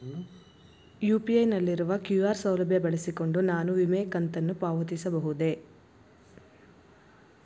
UPI ನಲ್ಲಿರುವ QR ಸೌಲಭ್ಯ ಬಳಸಿಕೊಂಡು ನಾನು ವಿಮೆ ಕಂತನ್ನು ಪಾವತಿಸಬಹುದೇ?